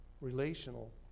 relational